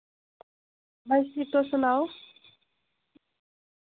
बस ठीक तुस सनाओ